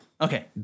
Okay